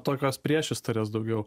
tokios priešistorės daugiau